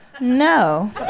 no